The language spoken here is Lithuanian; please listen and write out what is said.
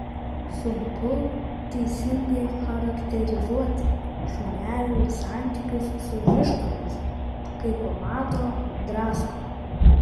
sunku teisingai charakterizuoti šunelių santykius su vištomis kai pamato drasko